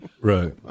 Right